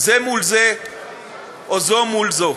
זה מול זה או זו מול זו.